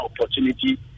opportunity